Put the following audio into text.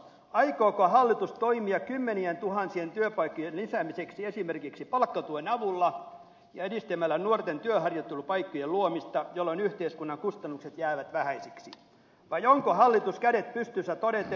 aikooko hallitus toimia kymmenientuhansien työpaikkojen lisäämiseksi esimerkiksi palkkatuen avulla ja edistämällä nuorten työharjoittelupaikkojen luomista jolloin yhteiskunnan kustannukset jäävät vähäisiksi vai onko hallitus kädet pystyssä todeten